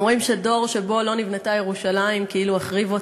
אומרים שדור שירושלים לא נבנתה בו כאילו החריב אותה.